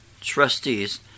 trustees